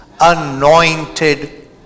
anointed